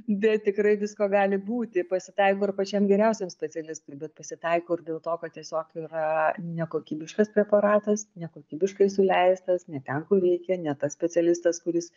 bet tikrai visko gali būti pasitaiko ir pačiam geriausiam specialistui bet pasitaiko ir dėl to kad tiesiog yra nekokybiškas preparatas nekokybiškai suleistas ne ten kur reikia ne tas specialistas kuris